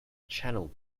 channel